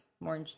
more